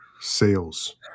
sales